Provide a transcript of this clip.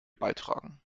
beitragen